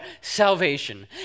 salvation